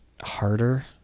harder